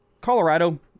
Colorado